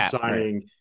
signing